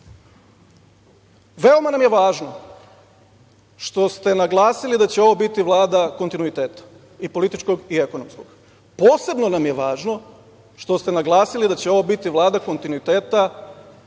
nam je važno što ste naglasili da će ovo biti Vlada kontinuiteta i političkog i ekonomskog. Posebno nam je važno što ste naglasili da će ovo biti Vlada kontinuiteta,